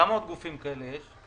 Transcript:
כמה עוד גופים כאלה יש?